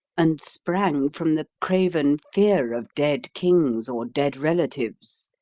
and sprang from the craven fear of dead kings or dead relatives.